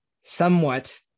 somewhat